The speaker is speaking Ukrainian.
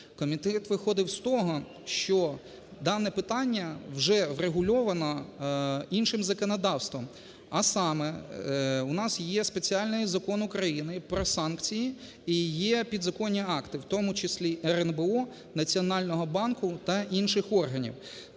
Комітет виходив з того, що дане питання вже врегульовано іншим законодавством, а саме у нас є спеціальний Закон України "Про санкції" і є підзаконні акти, в тому числі РНБО, Національного банку та інших органів.